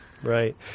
Right